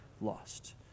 lost